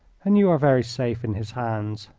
and you are very safe in his hands.